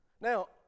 Now